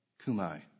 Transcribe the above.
kumai